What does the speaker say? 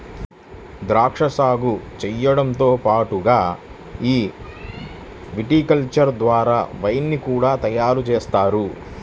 ద్రాక్షా సాగు చేయడంతో పాటుగా ఈ విటికల్చర్ ద్వారా వైన్ ని కూడా తయారుజేస్తారు